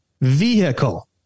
vehicle